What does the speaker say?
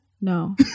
No